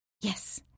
Yes